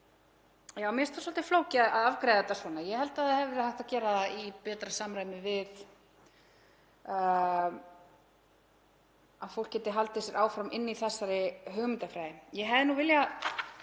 Það er svolítið flókið að afgreiða þetta svona og ég held að það hefði verið hægt að gera það í betra samræmi við að fólk geti haldið sig áfram inni í þessari hugmyndafræði. Ég hefði viljað